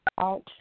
out